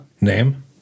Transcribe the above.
Name